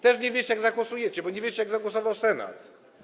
Też nie wiecie, jak zagłosujecie, bo nie wiecie, jak zagłosował Senat.